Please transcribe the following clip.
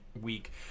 week